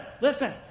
listen